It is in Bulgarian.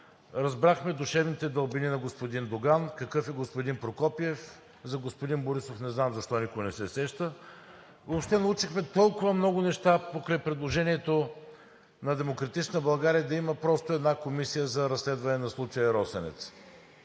Разбрахме душевните дълбини на господин Доган, какъв е господин Прокопиев, за господин Борисов не знам защо никой не се сеща. Въобще научихме толкова много неща покрай предложението на „Демократична България“ да има просто една комисия за разследване на случая „Росенец“.